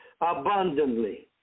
abundantly